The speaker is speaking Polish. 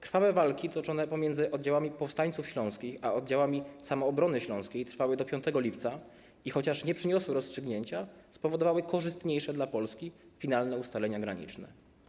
Krwawe walki toczone pomiędzy oddziałami powstańców śląskich a oddziałami samoobrony śląskiej trwały do 5 lipca i chociaż nie przyniosły rozstrzygnięcia, spowodowały korzystniejsze dla Polski finalne ustalenia graniczne.